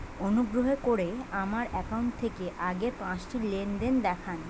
অনুগ্রহ করে আমার অ্যাকাউন্ট থেকে আগের পাঁচটি লেনদেন দেখান